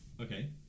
okay